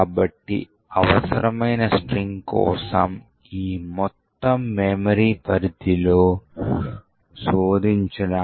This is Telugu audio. కాబట్టి అవసరమైన స్ట్రింగ్ కోసం ఈ మొత్తం మెమరీ పరిధిలో శోధించడానికి మనము ప్రయత్నిస్తాము find కమాండ్ ఉపయోగించి మెమరీలో శోధించడానికి GDB మద్దతు ఇస్తుంది